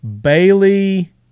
Bailey